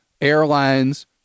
airlines